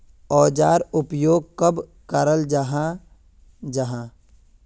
औजार उपयोग कब कराल जाहा जाहा?